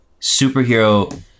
superhero